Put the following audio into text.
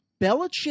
Belichick